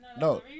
No